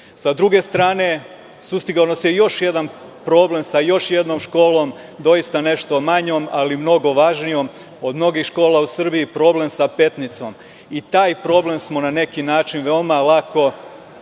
druge strane, sustigao nas je još jedan problem sa još jednom školom, doista nešto manjom, ali mnogo važnijom od mnogih škola u Srbiji, problem sa Petnicom. Taj problem smo na neki način veoma lako